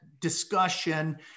discussion